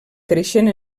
creixent